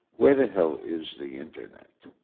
where the hell is the internet?